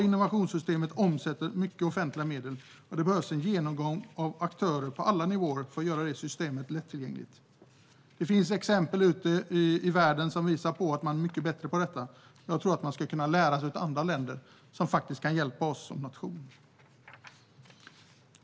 Innovationssystemet omsätter totalt sett mycket offentliga medel, och det behövs en genomgång av aktörer på alla nivåer för att göra systemet lättillgängligt. Det finns exempel ute i världen som visar att andra länder är mycket bättre på detta. Jag tror att man skulle kunna lära sig av dem och faktiskt få hjälp som nation.